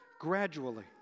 gradually